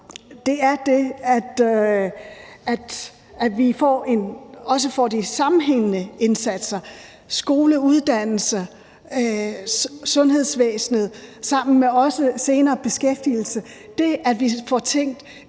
Det er det med, at vi også får de sammenhængende indsatser – skoler, uddannelser, sundhedsvæsenet og senere også sammen med beskæftigelse; at vi får tænkt